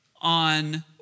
on